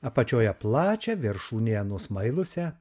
apačioje plačią viršūnėje nusmailusią